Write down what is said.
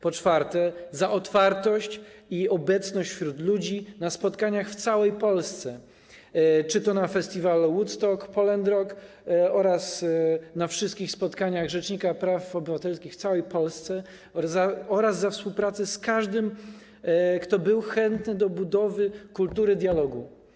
Po czwarte, otwartość i obecność wśród ludzi na spotkaniach w całej Polsce - czy to na festiwalu Woodstock, Pol’and’Rock, czy to na wszystkich spotkaniach rzecznika praw obywatelskich w całej Polsce - oraz współpraca z każdym, kto był chętny do budowy kultury dialogu.